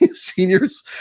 seniors